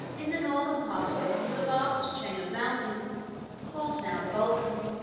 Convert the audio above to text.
in the northern part of it is a vast chain of mountains called now the balkan.